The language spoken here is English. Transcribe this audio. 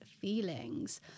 feelings